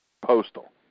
postal